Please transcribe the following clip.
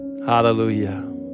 Hallelujah